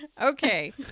okay